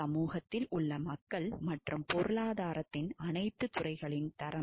சமூகத்தில் உள்ள மக்கள் மற்றும் பொருளாதாரத்தின் அனைத்து துறைகளின் தரம்